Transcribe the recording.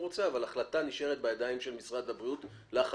רוצה אבל ההחלטה נשארת בידיים של משרד הבריאות לחלוטין.